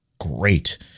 great